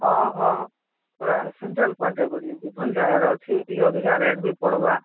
ହଁ ହଁ ପୁରା ସେଣ୍ଟ୍ରାଲ୍ ପଏଣ୍ଟରେ ବଇଲି ଯେ ଭଲ୍ ଜାଗାରେ ଅଛେ ଟିକେ ଅଧିକା ରେଟ୍ ବି ପଡ଼ବା